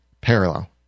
parallel